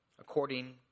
according